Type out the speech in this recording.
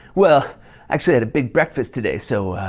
well, i actually had a big breakfast today, so, ah,